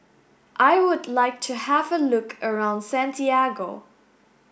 I would like to have a look around Santiago